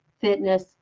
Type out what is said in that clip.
fitness